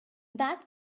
that